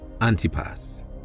Antipas